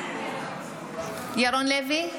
(קוראת בשם חבר הכנסת) ירון לוי,